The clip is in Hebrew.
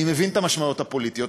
אני מבין את המשמעויות הפוליטיות,